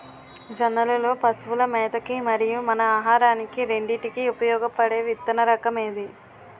జొన్నలు లో పశువుల మేత కి మరియు మన ఆహారానికి రెండింటికి ఉపయోగపడే విత్తన రకం ఏది?